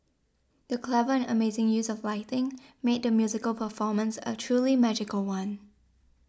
the clever and amazing use of lighting made the musical performance a truly magical one